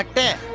like debt.